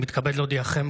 הינני מתכבד להודיעכם,